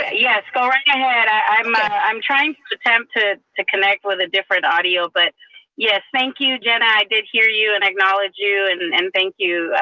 ah yes, go right ahead. i mean i'm trying to attempt to to connect with a different audio, but yes, thank you, jena, i did hear you and acknowledge you and and thank you,